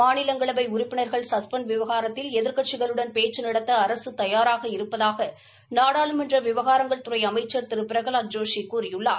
மாநிலங்களவை உறுப்பினர்கள் சஸ்பெண்ட் விவகாரத்தில் எதிர்க்கட்சிகளுடன் பேச்சு நடத்த அரசு தயாராக இருப்பதாக நாடாளுமன்ற விவகாரங்கள் துறை அமைச்சர் திரு பிரகலாத் ஜோஷி கூறியுள்ளார்